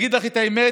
להגיד לך את האמת,